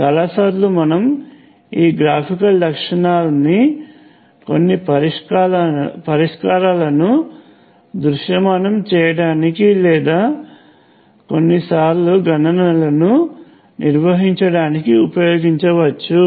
చాలా సార్లు మనం ఈ గ్రాఫికల్ లక్షణాన్ని కొన్ని పరిష్కారాలను దృశ్యమానం చేయడానికి లేదా కొన్నిసార్లు గణనలను నిర్వహించడానికి ఉపయోగించవచ్చు